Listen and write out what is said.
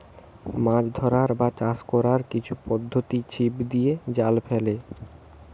মাছ ধরার বা চাষ কোরার কিছু পদ্ধোতি ছিপ দিয়ে, জাল ফেলে